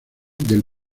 del